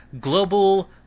global